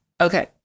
Okay